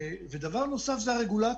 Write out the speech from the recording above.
דבר נוסף זו הרגולציה.